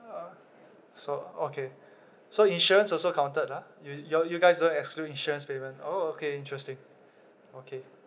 uh so okay so insurance also counted ah you your you guys don't exclude insurance payment oh okay interesting okay